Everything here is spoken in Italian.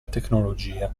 tecnologia